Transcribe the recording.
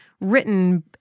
Written